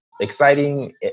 exciting